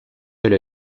elle